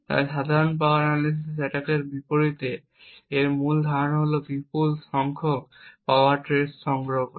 তাই সাধারণ power analysis অ্যাটাকের বিপরীতে এখানে মূল ধারণা হল বিপুল সংখ্যক পাওয়ার ট্রেস সংগ্রহ করা